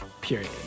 period